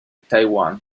taiwan